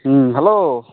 ᱦᱮᱸ ᱦᱮᱞᱳ